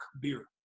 beer